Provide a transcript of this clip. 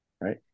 Right